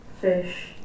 fish